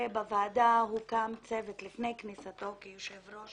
הרי בוועדה הוקם צוות לפני כניסתך כיושב ראש